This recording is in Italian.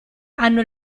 hanno